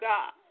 God